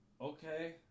Okay